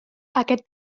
aquest